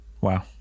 Wow